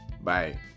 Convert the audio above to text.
Bye